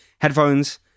Headphones